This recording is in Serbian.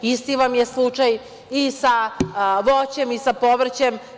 Isti vam je slučaj i sa voćem i sa povrćem.